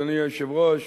אדוני היושב-ראש,